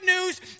news